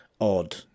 odd